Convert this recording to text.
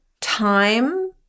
time